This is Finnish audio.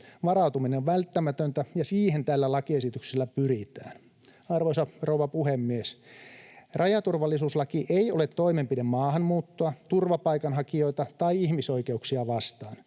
Varautuminen on välttämätöntä, ja siihen tällä lakiesityksellä pyritään. Arvoisa rouva puhemies! Rajaturvallisuuslaki ei ole toimenpide maahanmuuttoa, turvapaikanhakijoita tai ihmisoikeuksia vastaan.